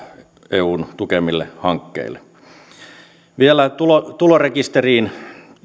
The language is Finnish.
eun tukemille hankkeille vielä tulorekisteriin sen